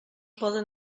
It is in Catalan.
poden